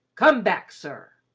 come back, sir.